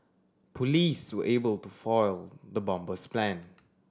police were able to foil the bomber's plan